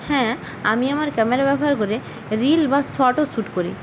হ্যাঁ আমি আমার ক্যামেরা ব্যবহার করে রিল বা শটও শুট করি